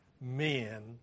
men